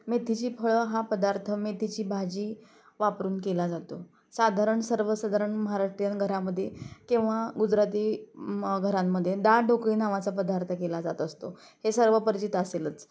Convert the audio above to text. मेथीची फळं हा पदार्थ मेथीची भाजी वापरून केला जातो साधारण सर्वसाधारण महाराष्ट्रीयन घरामध्ये किंवा गुजराती म घरांमध्ये डाळ ढोकळी नावाचा पदार्थ केला जात असतो हे सर्व परिचित असेलच